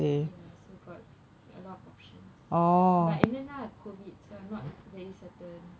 so got a lot of options but என்னனா:ennanaa COVID so I'm not very certain